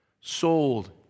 Sold